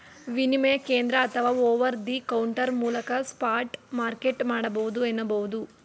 ವಿನಿಮಯ ಕೇಂದ್ರ ಅಥವಾ ಓವರ್ ದಿ ಕೌಂಟರ್ ಮೂಲಕ ಸ್ಪಾಟ್ ಮಾರ್ಕೆಟ್ ಮಾಡಬಹುದು ಎನ್ನುಬಹುದು